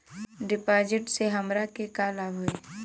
डिपाजिटसे हमरा के का लाभ होई?